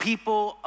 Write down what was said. people